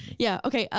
yeah. okay,